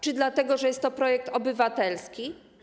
Czy dlatego, że jest to projekt obywatelski?